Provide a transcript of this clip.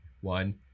One